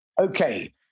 okay